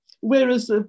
Whereas